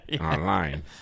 online